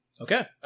Okay